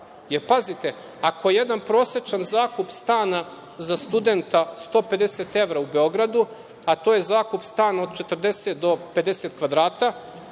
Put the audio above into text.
Jer, pazite, ako je jedan prosečan zakup stana za studenta 150 evra u Beogradu, a to je zakup stana od 40 do 50 kvadrata,